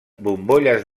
bombolles